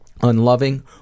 unloving